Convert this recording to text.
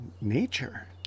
nature